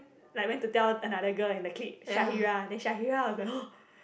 like went to tell another girl in the clique Shahira then Shahira was like